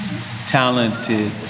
talented